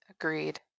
agreed